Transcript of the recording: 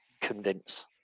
convince